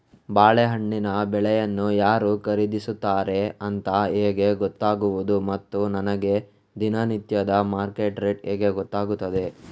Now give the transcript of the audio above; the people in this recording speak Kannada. ಬಾಳೆಹಣ್ಣಿನ ಬೆಳೆಯನ್ನು ಯಾರು ಖರೀದಿಸುತ್ತಾರೆ ಅಂತ ಹೇಗೆ ಗೊತ್ತಾಗುವುದು ಮತ್ತು ನನಗೆ ದಿನನಿತ್ಯದ ಮಾರ್ಕೆಟ್ ರೇಟ್ ಹೇಗೆ ಗೊತ್ತಾಗುತ್ತದೆ?